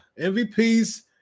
MVP's